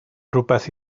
rywbeth